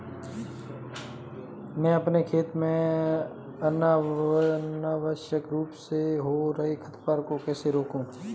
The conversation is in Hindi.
मैं अपने खेत में अनावश्यक रूप से हो रहे खरपतवार को कैसे रोकूं?